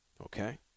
Okay